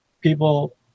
People